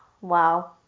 Wow